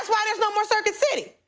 why there's no more circuit city.